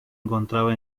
encontraba